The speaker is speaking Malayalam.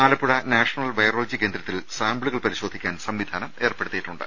ആലപ്പുഴ നാഷണൽ വൈറോളജി കേന്ദ്രത്തിൽ സാമ്പിളുകൾ പരിശോധിക്കാൻ സംവിധാനം ഏർപ്പെടുത്തിയി ട്ടുണ്ട്